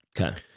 Okay